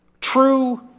true